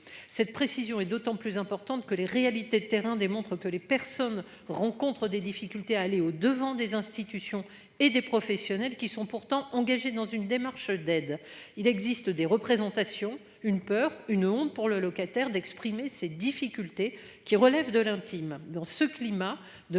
Cette précision est d'autant plus importante que les réalités de terrain démontre que les personnes rencontrent des difficultés à aller au devant des institutions et des professionnels qui sont pourtant engagés dans une démarche d'aide, il existe des représentations une peur, une honte pour le locataire d'exprimer ses difficultés qui relève de l'intime.